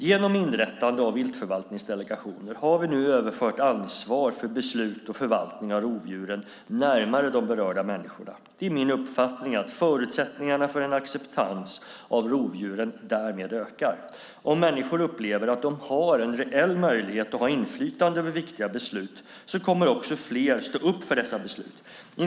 Genom inrättande av viltförvaltningsdelegationer har vi nu överfört ansvar för beslut och förvaltning av rovdjuren närmare de berörda människorna. Det är min uppfattning att förutsättningarna för en acceptans av rovdjuren därmed ökar. Om människor upplever att de har en reell möjlighet att ha inflytande över viktiga beslut kommer också fler att stå upp för dessa beslut.